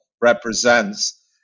represents